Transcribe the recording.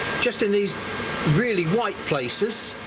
just in these really white places